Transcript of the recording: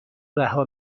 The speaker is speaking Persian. رها